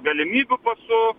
galimybių pasu